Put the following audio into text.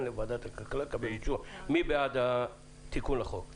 לוועדת הכלכלה לקבל אישור אם תרצו חצי שנה נוספת.